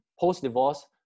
post-divorce